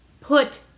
put